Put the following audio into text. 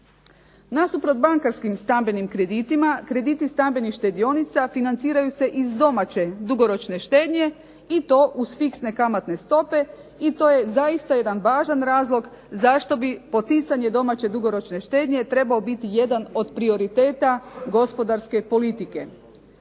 Nasuprot bankarskim stambenim kreditima, krediti stambenih štedionica financiraju se iz domaće dugoročne štednje i to uz fiksne kamatne stope i to je zaista jedan važan razlog zašto bi poticanje domaće dugoročne štednje trebao biti jedan od prioriteta gospodarske politike.